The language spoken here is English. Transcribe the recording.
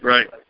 Right